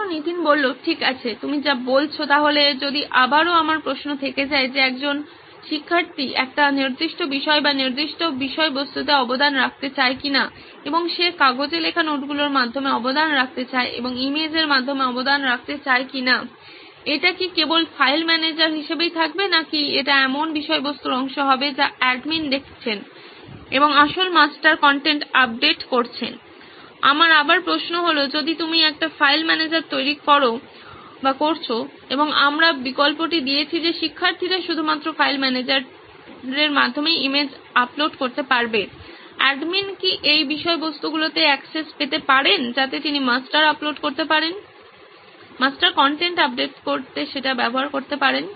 ছাত্র নীতিন ঠিক আছে তুমি যা বলছো তাহলে যদি আবারও আমার প্রশ্ন থেকে যায় যে একজন শিক্ষার্থী একটি নির্দিষ্ট বিষয় বা নির্দিষ্ট বিষয়বস্তুতে অবদান রাখতে চায় কিনা এবং সে কাগজে লেখা নোটগুলির মাধ্যমে অবদান রাখতে চায় এবং ইমেজ এর মাধ্যমে অবদান রাখতে চায় কিনা এটি কি কেবল ফাইল ম্যানেজার হিসেবেই থাকবে নাকি এটি এমন বিষয়বস্তুর অংশ হবে যা অ্যাডমিন দেখছেন এবং আসল মাস্টার কন্টেন্ট আপডেট করছেন আমার আবার প্রশ্ন হল যদি তুমি একটি ফাইল ম্যানেজার তৈরি করছো এবং আমরা বিকল্পটি দিয়েছি যে শিক্ষার্থীরা শুধুমাত্র ফাইল ম্যানেজারেই ইমেজ আপলোড করতে পারবে অ্যাডমিন কি এই বিষয়বস্তুগুলিতে অ্যাক্সেস পেতে পারেন যাতে তিনি মাস্টার আপলোড করতে মাস্টার কন্টেন্ট আপডেট করতে সেটা ব্যবহার করতে পারেন